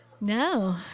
No